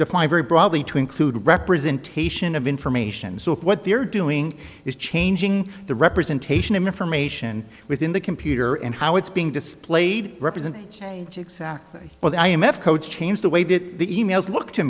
very broadly to include representation of information so what they're doing is changing the representation of information within the computer and how it's being displayed represent change exactly where the i m f codes change the way that the e mails look to